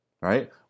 right